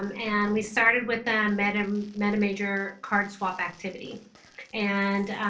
um and we started with the meta um meta major card swap activity and